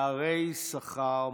יש פערי שכר מכעיסים.